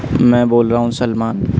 میں بول رہا ہوں سلیمان